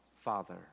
Father